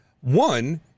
One